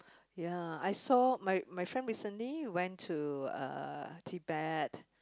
ya I saw my my friend recently went to uh Tibet